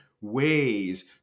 ways